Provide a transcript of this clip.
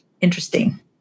interesting